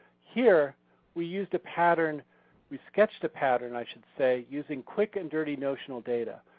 here we used a pattern we sketched a pattern i should say, using quick and dirty notional data.